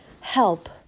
help